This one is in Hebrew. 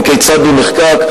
וכיצד הוא נחקק.